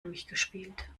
durchgespielt